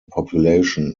population